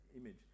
image